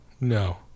no